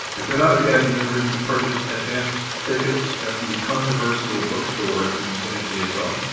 if you're not a caji member, you can purchase advance tickets at the controversial bookstore in san diego.